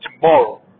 Tomorrow